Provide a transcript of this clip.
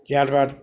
ત્યારબાદ